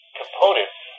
components